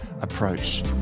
approach